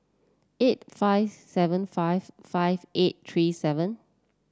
eight five seven five five eight three seven